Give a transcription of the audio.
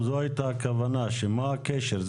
מה הקשר,